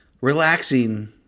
relaxing